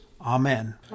Amen